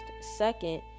Second